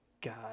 God